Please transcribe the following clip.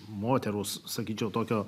moteros sakyčiau tokio